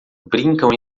brincam